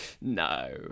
no